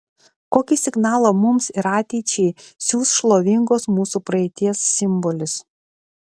kokį signalą mums ir ateičiai siųs šlovingos mūsų praeities simbolis